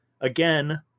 Again